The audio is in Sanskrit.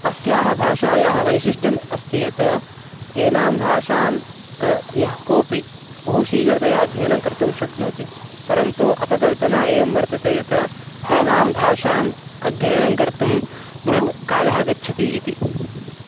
अस्याः भाषायाः वैशिष्ट्यम् अस्ति यत् एनां भाषां कः यः कोपि बहुशीघ्रतया अध्ययनङ्कर्तुं शक्नोति परन्तु अपकल्पना एवं वर्तते यत् एनां भाषाम् अध्ययनं कर्तुं बहुकालः गच्छति इति